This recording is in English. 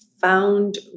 found